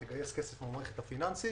תגייס כסף מהמערכת הפיננסית